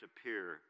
appear